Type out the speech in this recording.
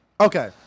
Okay